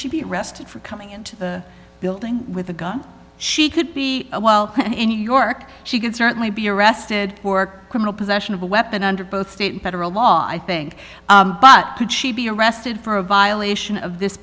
she be arrested for coming into the building with a gun she could be a while in new york she could certainly be arrested work criminal possession of a weapon under both state and federal law i think but could she arrested for a violation of this